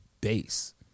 base